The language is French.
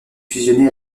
fusionné